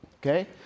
Okay